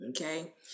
okay